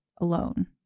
alone